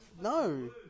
No